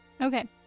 Okay